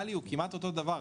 הנומינלי הוא כמעט אותו דבר.